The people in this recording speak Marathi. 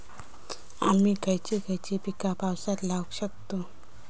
आम्ही खयची खयची पीका पावसात लावक शकतु?